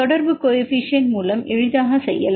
தொடர்பு கோஏபிசிஎன்ட் மூலம் நீங்கள் எளிதாக செய்யலாம்